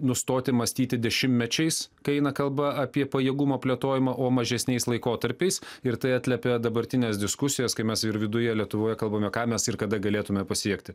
nustoti mąstyti dešimtmečiais kai eina kalba apie pajėgumo plėtojimą o mažesniais laikotarpiais ir tai atliepia dabartines diskusijas kai mes ir viduje lietuvoje kalbame ką mes ir kada galėtume pasiekti